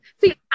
See